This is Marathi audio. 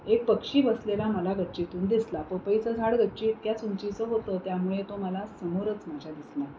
एक पक्षी बसलेला मला गच्चीतून दिसला पपईचं झाड गच्ची इतक्याच उंचीचं होतं त्यामुळे तो मला समोरच माझ्या दिसला